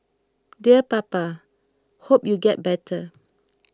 dear Papa hope you get better